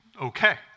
okay